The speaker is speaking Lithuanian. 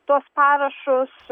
tuos parašus